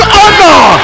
honor